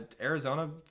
Arizona